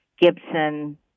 Gibson